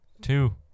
two